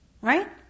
Right